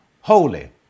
holy